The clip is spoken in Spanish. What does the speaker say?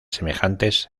semejantes